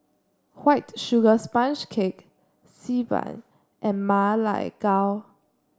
White Sugar Sponge Cake Xi Ban and Ma Lai Gao